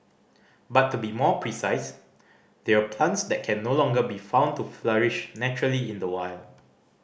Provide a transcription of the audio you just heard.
but to be more precise they're plants that can no longer be found to flourish naturally in the wild